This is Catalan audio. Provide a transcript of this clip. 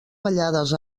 ballades